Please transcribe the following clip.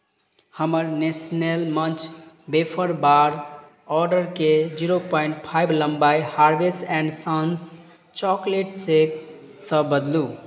हमर Nestle Munch wafer bar ऑर्डरकेँ point five लम्बाई हार्वेस एंड संस चॉकलेट शेकसँ बदलू